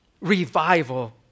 revival